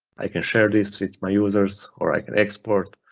i can share this with my users or i can export,